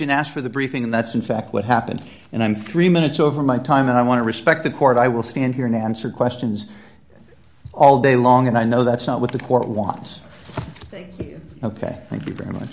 and asked for the briefing that's in fact what happened and i'm three minutes over my time and i want to respect the court i will stand here and answer questions all day long and i know that's not what the court wants ok thank you very much